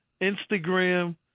Instagram